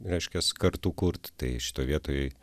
reiškias kartu kurt tai šitoj vietoj